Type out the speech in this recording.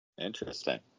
Interesting